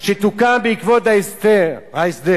שתוקם בעקבות ההסדר.